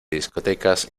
discotecas